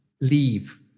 leave